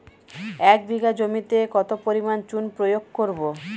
এক বিঘা জমিতে কত পরিমাণ চুন প্রয়োগ করব?